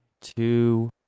two